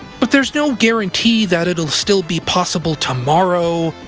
but there's no guarantee that'll still be possible tomorrow,